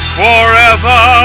forever